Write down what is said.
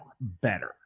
better